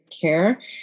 care